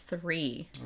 three